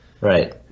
right